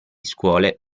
scuole